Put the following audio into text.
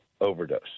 overdose